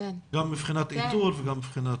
גם מבחינת איתור וגם מבחינת